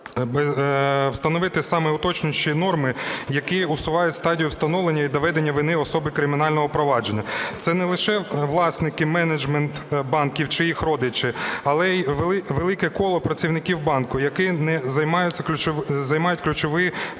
встановити саме уточнюючі норми, які усувають стадію встановлення і доведення вини особи кримінального провадження. Це не лише власники, менеджмент банків чи їх родичі, але й велике коло працівників банку, які займають ключові посади,